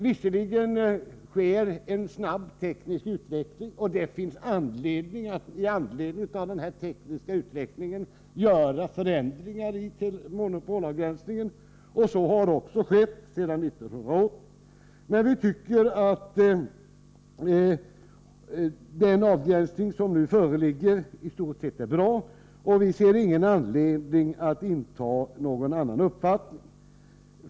Visserligen sker en snabb teknisk utveckling, och det finns anledning att med hänsyn till denna tekniska utveckling göra förändringar när det gäller monopolavgränsningen, och så har också skett sedan 1980. Men vi tycker att den avgränsning som nu föreligger i stort sett är bra, och vi finner ingen anledning att inta någon annan ståndpunkt.